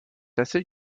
assez